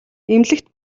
эмнэлэгт